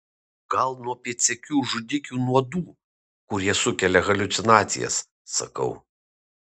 gal nuo pėdsekių žudikių nuodų kurie sukelia haliucinacijas sakau